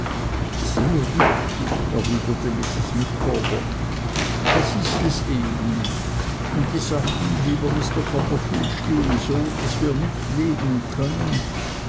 sehr richtig erwiderte mrs micawber das ist es eben und die sachen lieber mr copperfield stehen so daß wir nicht leben können